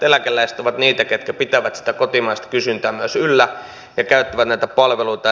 eläkeläiset ovat niitä ketkä pitävät sitä kotimaista kysyntää myös yllä ja käyttävät näitä palveluita